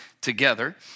together